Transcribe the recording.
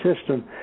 system